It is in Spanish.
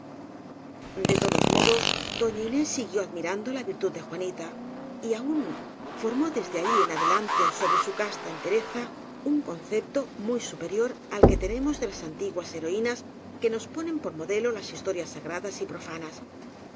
de todos modos doña inés siguió admirando la virtud de juanita y aún formó desde allí en ade lante sobre su casta entereza un concepto muy superior al que tenemos de las antiguas heroínas que nos ponen por modelo las historias sagradas y profanas